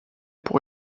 pour